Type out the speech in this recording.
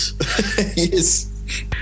yes